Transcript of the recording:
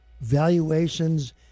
valuations